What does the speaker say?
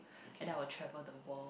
and then I will travel the world